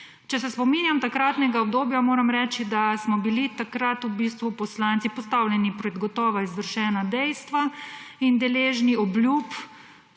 Če se spominjam takratnega obdobja, moram reči, da smo bili takrat v bistvu poslanci postavljeni pred gotovo izvršena dejstva in deležni obljub,